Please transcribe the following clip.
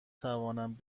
توانند